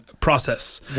process